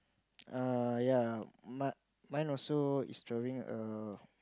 err ya mud mine also is throwing a